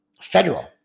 federal